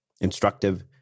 instructive